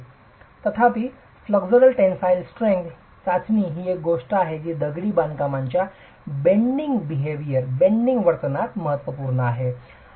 तथापि flexural tensile strength चाचणी ही एक गोष्ट आहे जी दगडी बांधकामाच्या बेंडिंग वर्तनात महत्त्वपूर्ण आहे